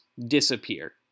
disappear